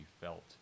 felt